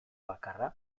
bakarra